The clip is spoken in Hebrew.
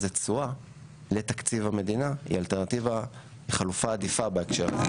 זה תשואה לתקציב המדינה היא חלופה עדיפה בהקשר הזה.